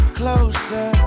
closer